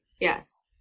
Yes